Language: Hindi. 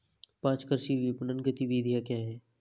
पाँच कृषि विपणन गतिविधियाँ क्या हैं?